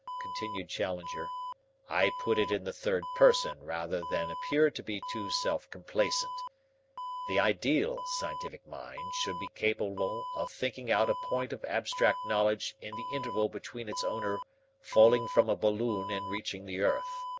continued challenger i put it in the third person rather than appear to be too self-complacent the ideal scientific mind should be capable of thinking out a point of abstract knowledge in the interval between its owner falling from a balloon and reaching the earth.